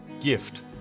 gift